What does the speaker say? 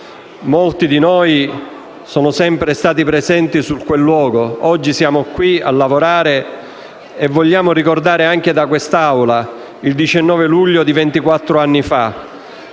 Molti di noi sono sempre stati presenti in quel luogo; oggi siamo qui a lavorare e vogliamo ricordare anche da quest'Aula il 19 luglio di ventiquattro